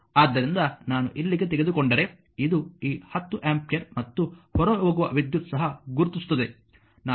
ಆದ್ದರಿಂದ ನಾನು ಇಲ್ಲಿಗೆ ತೆಗೆದುಕೊಂಡರೆ ಇದು ಈ 10 ಆಂಪಿಯರ್ ಮತ್ತು ಹೊರಹೋಗುವ ವಿದ್ಯುತ್ ಸಹ ಗುರುತಿಸುತ್ತದೆ